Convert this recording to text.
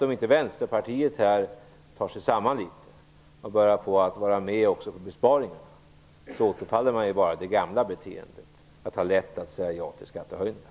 Om inte Vänsterpartiet tar sig samman litet och börjar vara med också på besparingarna återfaller man bara i det gamla beteendet, att ha lätt att säga ja till skattehöjningar.